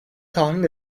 tahmin